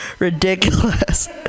ridiculous